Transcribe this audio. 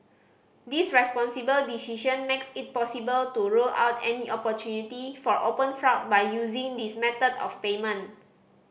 this responsible decision makes it possible to rule out any opportunity for open fraud by using this method of payment